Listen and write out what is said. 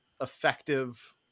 effective